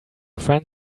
friend